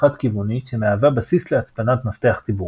חד-כיוונית שמהווה בסיס להצפנת מפתח ציבורי.